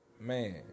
man